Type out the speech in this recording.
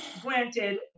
granted